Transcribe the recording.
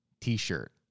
t-shirt